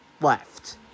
left